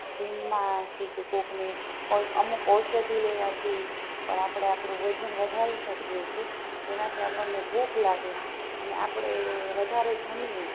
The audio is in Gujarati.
જિમમાં થી કે કોઈકની કોઈક અમુક ઔષધી લેવાંથી પણ આપણે આપણું વજન વધારી શકીએ છીએ જેનાંથી આપણને ભૂખ લાગે અને આપણે વધારે જમીએ